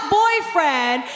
boyfriend